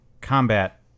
Combat